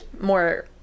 more